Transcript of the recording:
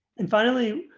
and finally,